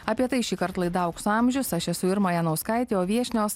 apie tai šįkart laida aukso amžius aš esu irma janauskaitė o viešnios